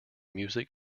music